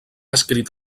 escrit